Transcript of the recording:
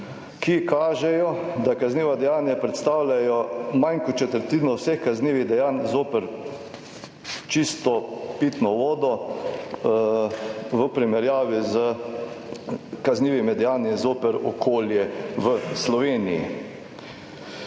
ki kažejo, da kazniva dejanja predstavljajo manj kot četrtino vseh kaznivih dejanj zoper čisto pitno vodo v primerjavi z kaznivimi dejanji zoper okolje v Sloveniji.